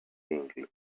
single